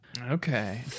Okay